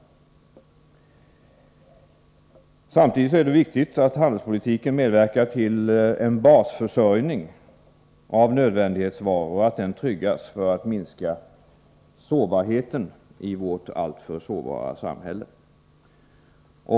Samtidigt är det viktigt att handelspolitiken medverkar till att trygga en basförsörjning av nödvändighetsvaror, för att minska sårbarheten i vårt alltför sårbara samhälle.